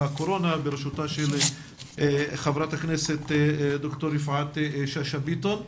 נגיף הקורונה בראשותה של חברת הכנסת דוקטור יפעת שאשא ביטון.